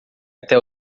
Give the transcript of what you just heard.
até